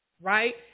Right